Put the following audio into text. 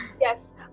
yes